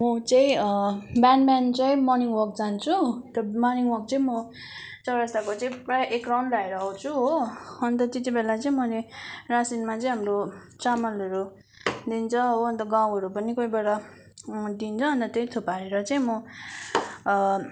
म चाहिँ बिहान बिहान चाहिँ मर्निङ वल्क जान्छु मर्निङ वल्क चाहिँ म चौरस्ताको चाहिँ प्राय एक राउन्ड लाएर आउँछु हो अन्त त्यति बेला चाहिँ मैले राशिनमा चाहिँ हाम्रो चामलहरू दिन्छ हो अन्त गहुँहरू पनि कोही बेला दिन्छ अनि त्यहीँ थुपारेर चाहिँ म